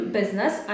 business